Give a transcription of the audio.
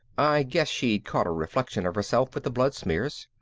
i guess she'd caught a reflection of herself with the blood smears.